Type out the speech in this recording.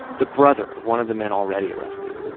the brother of one of the men already arrested,